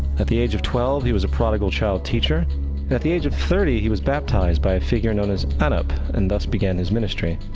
at the age of twelve, he was a prodigal child teacher, and at the age of thirty he was baptized by a figure known as anup and thus began his ministry.